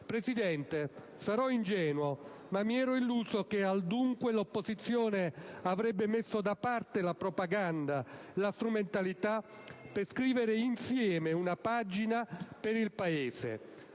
Presidente, sarò ingenuo, ma mi ero illuso che al dunque l'opposizione avrebbe messo da parte la propaganda e la strumentalità per scrivere insieme una pagina per il Paese,